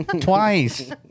Twice